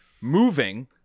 moving